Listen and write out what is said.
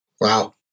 Wow